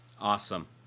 Awesome